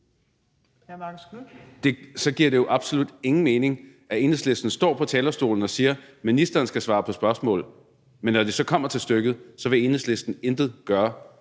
Så giver det jo absolut ingen mening, at Enhedslisten står på talerstolen og siger: Ministeren skal svare på spørgsmål, men når det så kommer til stykket, vil Enhedslisten intet gøre.